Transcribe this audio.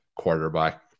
quarterback